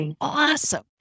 awesome